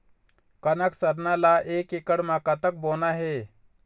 कनक सरना ला एक एकड़ म कतक बोना हे?